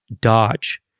Dodge